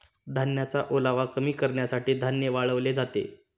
धान्याचा ओलावा कमी करण्यासाठी धान्य वाळवले जाते